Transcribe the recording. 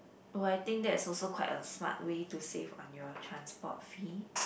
oh I think that's also quite a smart way to save on your transport fee